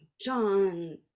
John